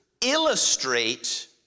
illustrate